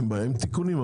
אבל עם תיקונים.